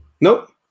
Nope